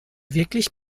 wirklich